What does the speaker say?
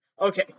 Okay